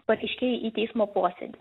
pareiškėjai į teismo posėdį